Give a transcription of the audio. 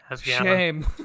Shame